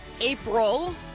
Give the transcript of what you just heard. April